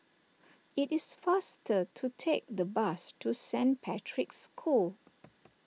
it is faster to take the bus to Saint Patrick's School